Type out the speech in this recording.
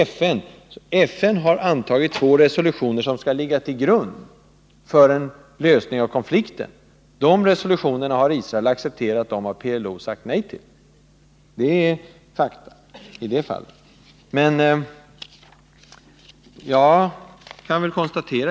FN har antagit två resolutioner som skall ligga till grund för en lösning av konflikten. De resolutionerna har Israel accepterat, men PLO har sagt nej till dem. Det är fakta i det fallet.